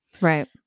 right